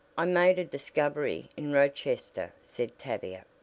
i made a discovery in rochester, said tavia,